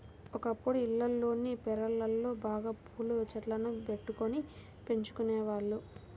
ఒకప్పుడు ఇళ్లల్లోని పెరళ్ళలో బాగా పూల చెట్లను బెట్టుకొని పెంచుకునేవాళ్ళు